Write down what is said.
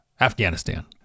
Afghanistan